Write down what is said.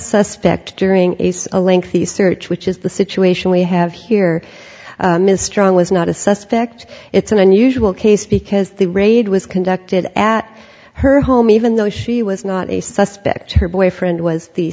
suspect during a lengthy search which is the situation we have here mistrial is not a suspect it's an unusual case because the raid was conducted at her home even though she was not a suspect her boyfriend was the